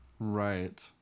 Right